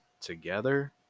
together